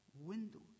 windows